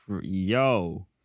yo